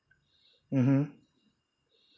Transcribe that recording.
mmhmm